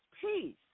peace